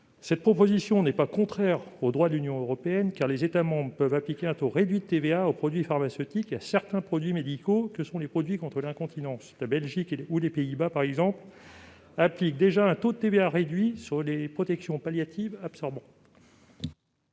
Cette proposition n'est pas contraire au droit de l'Union européenne, car les États membres peuvent appliquer un taux réduit de TVA aux produits pharmaceutiques et à certains dispositifs médicaux que sont les produits contre l'incontinence. D'ailleurs, la Belgique et les Pays-Bas appliquent déjà un taux de TVA réduit sur les protections palliatives absorbantes.